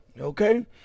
Okay